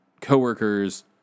coworkers